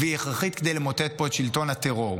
והיא הכרחית כדי למוטט פה את שלטון הטרור.